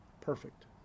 perfect